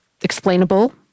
explainable